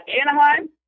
Anaheim